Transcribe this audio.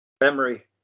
memory